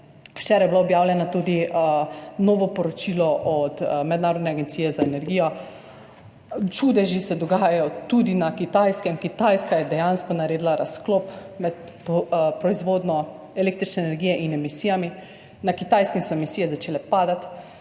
je bilo objavljeno tudi novo poročilo mednarodne agencije za energijo, čudeži se dogajajo tudi na Kitajskem, Kitajska je dejansko naredila razklop med proizvodnjo električne energije in emisijami. Na Kitajskem so emisije začele padati,